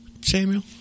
Samuel